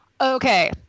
Okay